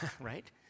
right